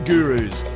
Gurus